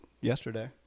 yesterday